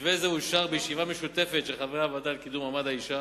מתווה זה אושר בישיבה משותפת של חברי הוועדה לקידום מעמד האשה